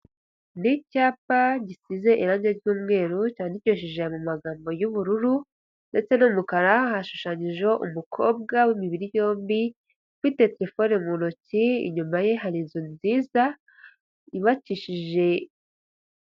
NI icyapa gisize irange ry'umweru, cyandikishije mu magambo y'ubururu ndetse n'umukara, hashushanyijeho umukobwa w'imibiri yombi ufite telefone mu ntoki, inyuma ye hari inzu nziza yubakishije.